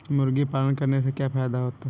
मुर्गी पालन करने से क्या फायदा होता है?